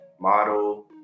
model